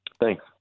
Thanks